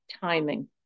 timing